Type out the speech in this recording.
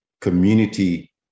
community